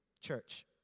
church